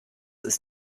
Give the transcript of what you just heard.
ist